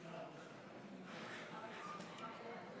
ההצבעה: